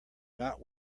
not